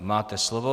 Máte slovo.